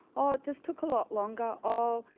oh it just took a lot longer. oh,